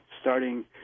starting –